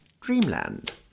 Dreamland